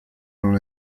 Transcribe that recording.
non